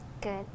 Good